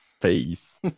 face